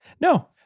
No